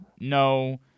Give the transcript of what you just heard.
no